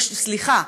סליחה,